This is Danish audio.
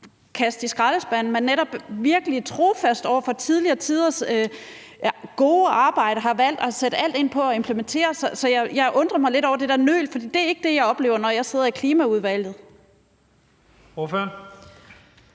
kaste i skraldespanden, men netop – virkelig trofast over for tidligere tiders gode arbejde – har valgt at sætte alt ind på at implementere. Så jeg undrer mig lidt over det der med nøl, for det er ikke det, jeg oplever, når jeg sidder i Klimaudvalget.